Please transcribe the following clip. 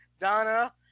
Donna